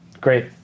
Great